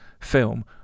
film